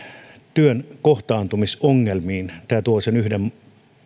työn kohtaantumisongelmiin tämä tuo yhden